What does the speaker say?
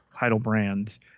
Heidelbrand